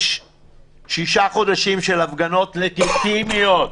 יש שישה חודשים של הפגנות, לגיטימיות,